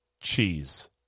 Cheese